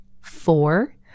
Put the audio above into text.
Four